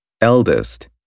eldest